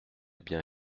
bien